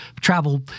travel